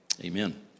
Amen